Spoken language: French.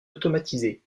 automatisé